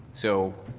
so,